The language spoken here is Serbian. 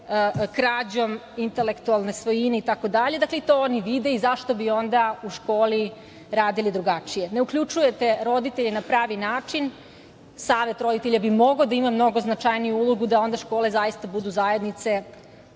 krađom intelektualne svojine itd. i to oni vide i zašto bi onda u školi radili drugačije. Ne uključujete roditelje na pravi način. Savet roditelja bi mogao da ima mnogo značajniju ulogu, da onda škole zaista budu zajednice,